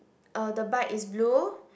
uh the bike is blue